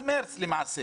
שלמעשה